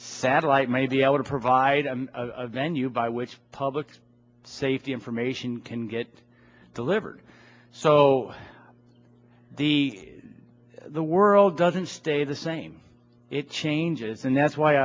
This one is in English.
satellite may be able to provide a venue by which public safety information can get delivered so the world doesn't stay the same it changes and that's why